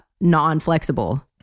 non-flexible